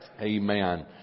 Amen